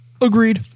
Agreed